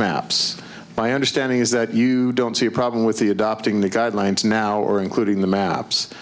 maps my understanding is that you don't see a problem with the adopting the guidelines now or including the maps